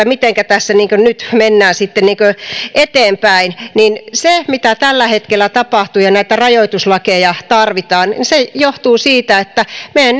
mitenkä tässä nyt mennään sitten eteenpäin se mitä tällä hetkellä tapahtuu ja miksi näitä rajoituslakeja tarvitaan johtuu siitä että meidän